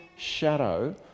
shadow